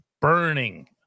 burning